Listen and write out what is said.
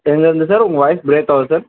எங்கேருந்து சார் உங்கள் voice break ஆகுது சார்